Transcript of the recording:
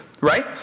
right